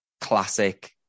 classic